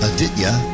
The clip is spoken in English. Aditya